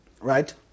Right